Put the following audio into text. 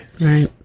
Right